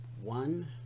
one